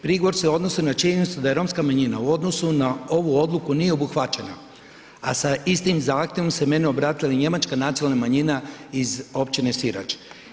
Prigovor se odnosi na činjenicu da je romska manjina u odnosu na ovu odluku nije obuhvaćena, a sa istim zahtjevom se meni obratila i njemačka nacionalna manjina iz općine Sirač.